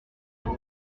vous